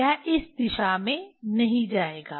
यह इस दिशा में नहीं जाएगा